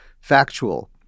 factual